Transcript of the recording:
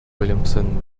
williamson